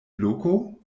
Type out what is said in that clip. loko